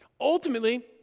Ultimately